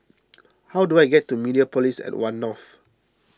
how do I get to Mediapolis at one North